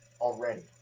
already